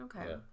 Okay